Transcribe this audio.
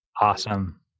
Awesome